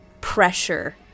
pressure